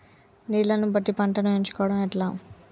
నీళ్లని బట్టి పంటను ఎంచుకోవడం ఎట్లా?